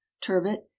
turbot